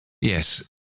Yes